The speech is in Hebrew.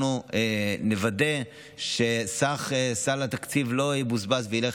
אנחנו נוודא שסך סל התקציב לא יבוזבז וילך